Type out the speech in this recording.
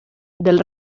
del